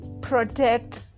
protect